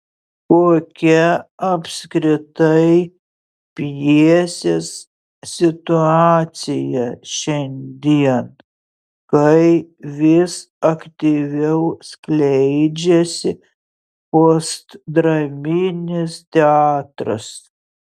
kokia apskritai pjesės situacija šiandien kai vis aktyviau skleidžiasi postdraminis teatras